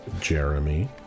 Jeremy